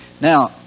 Now